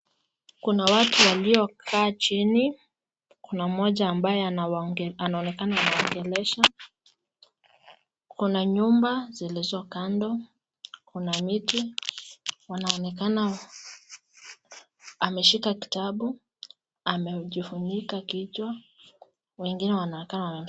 Kuna watu waliokaa chini, kuna mmoja ambaye anaonekana anawaongelesha, kuna nyumba zilizo kando, kuna miti wanaonekana ameshika kitabu amejifunika kichwa, wengine wanakaa...